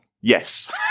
Yes